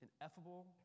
ineffable